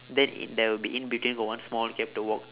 then in there will be in between got one small gap to walk